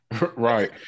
Right